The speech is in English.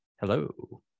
Hello